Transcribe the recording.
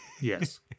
Yes